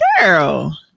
girl